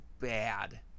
bad